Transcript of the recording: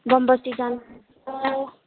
बमबस्ती जानुपर्छ